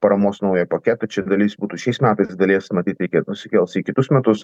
paramos naują paketą čia dalis būtų šiais metais dalies matyt irgi nusikels į kitus metus